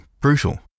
Brutal